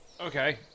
Okay